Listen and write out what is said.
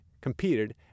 competed